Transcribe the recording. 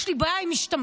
יש לי בעיה עם משתמטים.